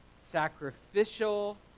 sacrificial